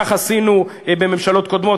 כך עשינו בממשלות קודמות,